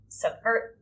subvert